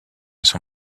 son